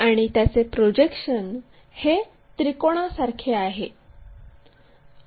आणि त्याचे प्रोजेक्शन हे त्रिकोणासारखे आहे